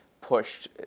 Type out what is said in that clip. pushed